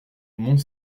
mont